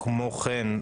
כמו כן,